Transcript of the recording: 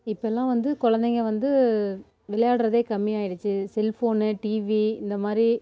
இப்போல்லாம் வந்து குழந்தைங்க வந்து விளையாடுகிறதே கம்மியாகிடுச்சு செல்ஃபோனு டிவி இந்தமாதிரி